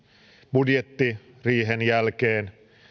budjettiriihen jälkeen